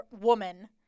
woman